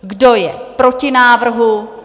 Kdo je proti návrhu?